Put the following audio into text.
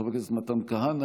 חבר הכנסת מתן כהנא,